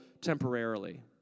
temporarily